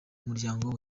muryango